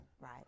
Right